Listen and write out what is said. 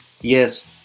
Yes